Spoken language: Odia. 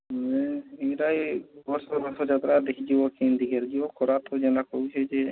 ମୁଁ ଏଇଟା ଏଇ ବର୍ଷ ରଥଯାତ୍ରା ଦେଖି ଯିବ କେମିତି କିରେ ଯିବ ଖରା ତ ଯେମିତି ହେଉଛି ଯେ